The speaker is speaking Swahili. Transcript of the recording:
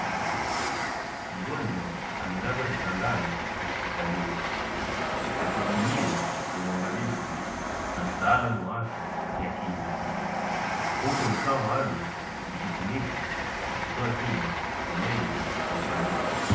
Mgonjwa amelazwa kitandani hospitalini, akihudumiwa kwa uangalivu na mtaalamu wa afya ya kinywa, huku vifaa maalumu vikitumika kutoa tiba ya meno kwa ufanisi.